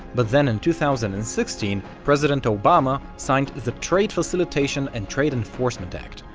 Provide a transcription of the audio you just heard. but then in two thousand and sixteen president obama signed the trade facilitation and trade enforcement act,